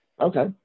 Okay